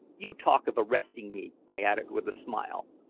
you talk of arresting me! i added with a smile.